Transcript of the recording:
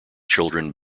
children